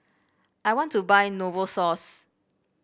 I want to buy Novosource